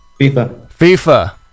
FIFA